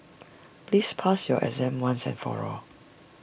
please pass your exam once and for all